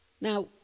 Now